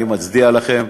אני מצדיע לכם,